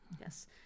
Yes